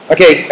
Okay